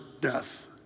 death